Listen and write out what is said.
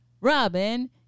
Robin